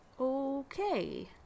Okay